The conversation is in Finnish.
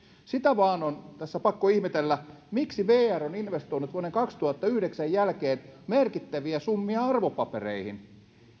sitä vain on tässä pakko ihmetellä miksi vr on investoinut vuoden kaksituhattayhdeksän jälkeen merkittäviä summia arvopapereihin